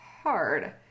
hard